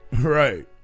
Right